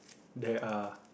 there are